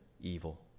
evil